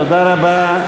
תודה רבה.